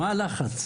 מה הלחץ?